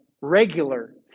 regular